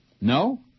No